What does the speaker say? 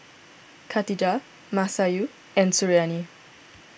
Khatijah Masayu and Suriani